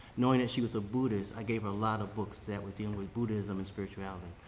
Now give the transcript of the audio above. knowing that she was a buddhist, i gave her a lot of books that were dealing with buddhism and spirituality.